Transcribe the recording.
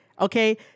okay